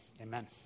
amen